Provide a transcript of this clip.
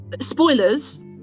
spoilers